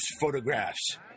photographs